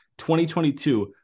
2022